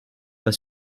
pas